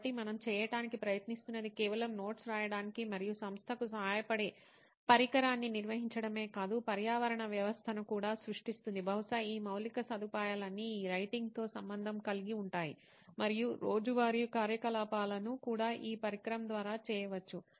కాబట్టి మనం చేయటానికి ప్రయత్నిస్తున్నది కేవలం నోట్స్ రాయడానికి మరియు సంస్థకు సహాయపడే పరికరాన్ని నిర్మించడమే కాదు పర్యావరణ వ్యవస్థను కూడా సృష్టిస్తుంది బహుశా ఈ మౌలిక సదుపాయాలన్నీ ఈ రైటింగ్ తో సంబంధం కలిగి ఉంటాయి మరియు రోజువారీ కార్యకలాపాలను కూడా ఈ పరికరం ద్వారా చేయవచ్చు